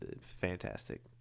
fantastic